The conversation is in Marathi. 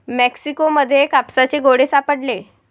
मेक्सिको मध्ये कापसाचे गोळे सापडले